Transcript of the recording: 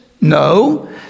No